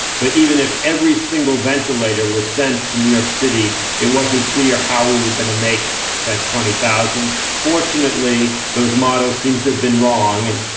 so even if every single ventilator was sent to new york city it wasn't clear how we were going to make that twenty thousand. fortunately, those models seem to have been wrong.